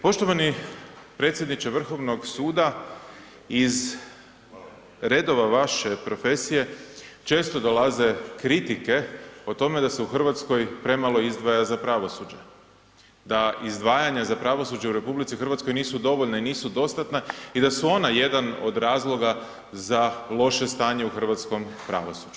Poštovani predsjedniče Vrhovnog suda, iz redova vaše profesije često dolaze kritike o tome da se u Hrvatskoj premalo izdvaja za pravosuđe, da izdvajanja za pravosuđe u RH nisu dovoljna i nisu dostatna i da su ona jedan od razloga za loše stanje u hrvatskom pravosuđu.